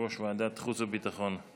יושב-ראש ועדת החוץ והביטחון.